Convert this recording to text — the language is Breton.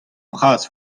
bras